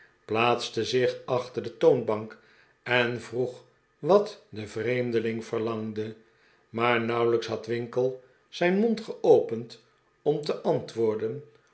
plaatste zich achter de toonbank en vroeg wat de vreemdeling verlangde maar nauwelijks had winkle zijn mond geopend om te antwoorden